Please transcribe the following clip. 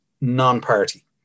non-party